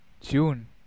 June